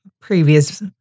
previous